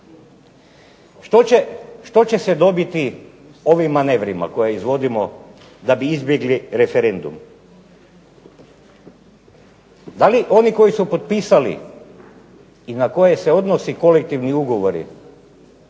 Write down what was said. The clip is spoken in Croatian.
Što će se dobiti ovim manevrima koje izvodimo da bi izbjegli referendum? Da li oni koji su potpisali i na koje se odnose kolektivni ugovori